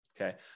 okay